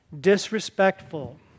disrespectful